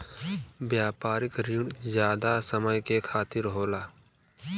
व्यापारिक रिण जादा समय के खातिर होला